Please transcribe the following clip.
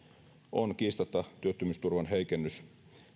on kiistatta työttömyysturvan heikennys